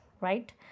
right